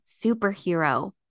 superhero